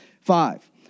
Five